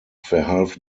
verhalf